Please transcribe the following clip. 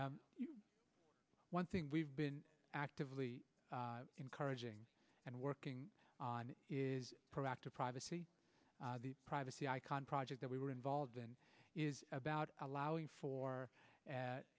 one thing we've been actively encouraging and working on is proactive privacy the privacy icon project that we were involved in is about allowing for a